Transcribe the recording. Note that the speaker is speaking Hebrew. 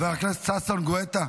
חבר הכנסת ששון גואטה.